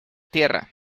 tierra